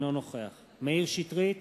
אינו נוכח מאיר שטרית,